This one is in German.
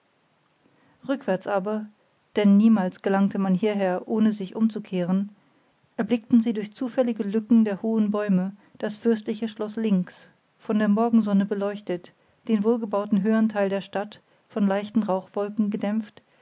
rückwärts aber denn niemals gelangte man hierher ohne sich umzukehren erblickten sie durch zufällige lücken der hohen bäume das fürstliche schloß links von der morgensonne beleuchtet den wohlgebauten höhern teil der stadt von leichten rauchwolken gedämpft